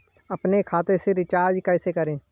अपने खाते से रिचार्ज कैसे करें?